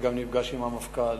וגם נפגש עם המפכ"ל,